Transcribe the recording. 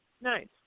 nice